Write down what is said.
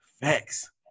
facts